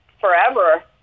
forever